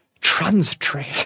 transitory